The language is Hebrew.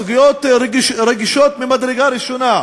סוגיות רגישות ממדרגה ראשונה.